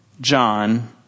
John